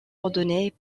ordonné